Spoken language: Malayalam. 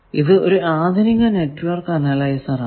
ഇത് ഒരു ആധുനിക നെറ്റ്വർക്ക് അനലൈസർ ആണ്